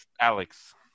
Alex